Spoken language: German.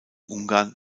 ungarn